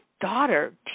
daughter